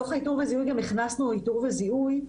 בתוך האיתור והזיהוי הכנסנו גם איתור וזיהוי,